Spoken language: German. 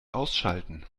ausschalten